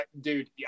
dude